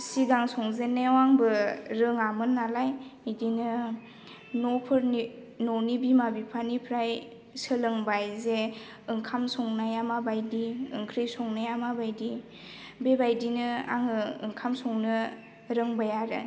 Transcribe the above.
सिगां संजेननायाव आंबो रोङामोन नालाय बिदिनो न'फोरनि न'नि बिमा बिफानिफ्राय सोलोंबाय जे ओंखाम संनाया माबायदि ओंख्रि संनाया माबायदि बेबायदिनो आङो ओंखाम संनो रोंबाय आरो